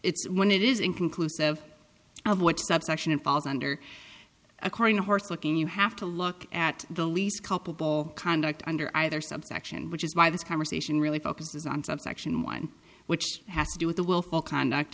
it's when it is inconclusive of what subsection and falls under according to horse looking you have to look at the least couple conduct under either subsection which is why this conversation really focuses on subsection one which has to do with the willful conduct